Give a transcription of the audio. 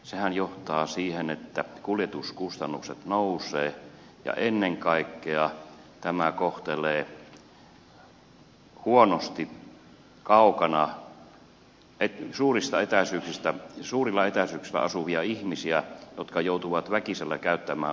sehän johtaa siihen että kuljetuskustannukset nousevat ja ennen kaikkea tämä kohtelee huonosti kaukana suurilla etäisyyksillä asuvia ihmisiä jotka joutuvat väkisellä käyttämään omaa autoaan